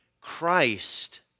Christ